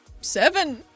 Seven